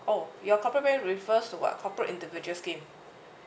oh your corporate plan refers to what corporate individual scheme